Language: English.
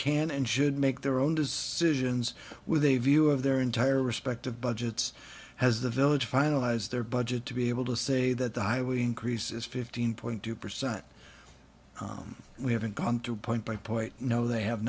can and should make their own decisions with a view of their entire respective budgets has the village finalize their budget to be able to say that the highway increases fifteen point two percent we haven't gone to point by point no they have